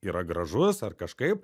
yra gražus ar kažkaip